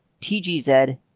TGZ